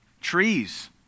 Trees